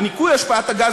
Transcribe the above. בניכוי השפעת הגז,